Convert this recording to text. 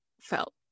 felt